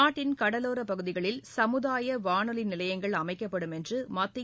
நாட்டின் கடலோரப் பகுதிகளில் சமுதாய வானொலி நிலையங்கள் அமைக்கப்படும் என்று மத்திய